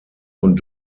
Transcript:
und